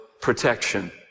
protection